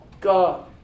God